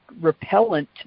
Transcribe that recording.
repellent